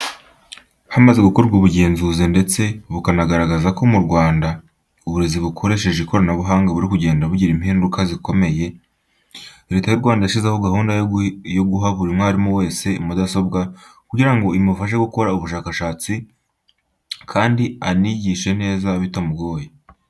Hamaze gukorwa ubugenzuzi ndetse bukagaragaza ko mu Rwanda uburezi bukoresheje ikoranabuhanga buri kugenda bugira impinduka zikomeye, Leta y'u Rwanda yashyizeho gahunda yo guha buri mwarimu wese mudasobwa kugira ngo imufashe gukora ubushakashatsi, kandi anigishe neza bitamugoye.